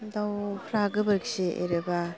दाउफ्रा गोबोरखि एरोबा